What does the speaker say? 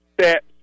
set